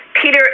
Peter